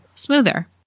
smoother